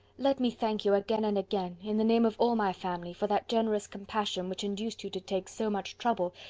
let me thank you again and again, in the name of all my family, for that generous compassion which induced you to take so much trouble,